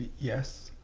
yes.